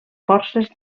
forces